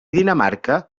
dinamarca